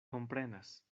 komprenas